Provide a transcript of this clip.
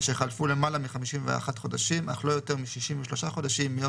אשר חלפו למעלה מ-51 חודשים אך לא יותר מ-63 חודשים מיום